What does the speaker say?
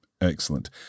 Excellent